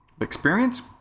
experience